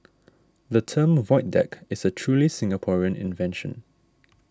the term void deck is a truly Singaporean invention